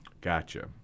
Gotcha